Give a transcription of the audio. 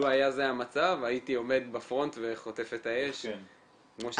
לו היה זה המצב הייתי עומד בפרונט וחוטף את האש כמו שצריך.